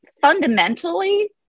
Fundamentally